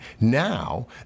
Now